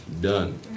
done